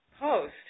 post